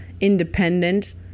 independent